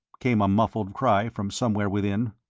came a muffled cry from somewhere within.